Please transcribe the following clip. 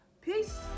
Peace